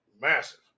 massive